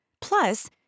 Plus